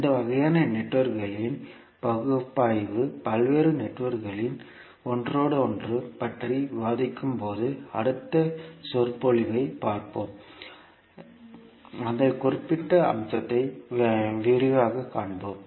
இந்த வகையான நெட்வொர்க்குகளின் பகுப்பாய்வு பல்வேறு நெட்வொர்க்குகளின் ஒன்றோடொன்று பற்றி விவாதிக்கும்போது அடுத்த சொற்பொழிவைப் பார்ப்போம் அந்த குறிப்பிட்ட அம்சத்தை விரிவாகக் காண்போம்